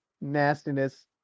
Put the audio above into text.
nastiness